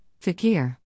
Fakir